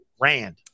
Rand